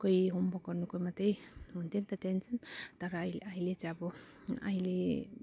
कोही होमवर्कहरूको मात्रै हुन्थ्यो नि त टेन्सन तर अहिले अहिले चाहिँ अब अहिले